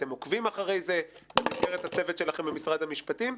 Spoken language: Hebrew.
אתם עוקבים אחרי זה במסגרת הצוות שלכם במשרד המשפטים,